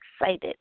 excited